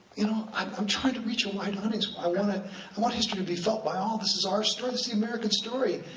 you know i'm i'm trying to reach a wide audience, i want ah and want history to be felt by all, this is our story, this is the american story.